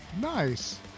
Nice